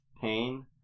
pain